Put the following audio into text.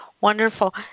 wonderful